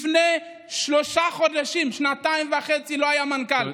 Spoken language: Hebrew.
לפני שלושה חודשים, שנתיים וחצי לא היה מנכ"ל.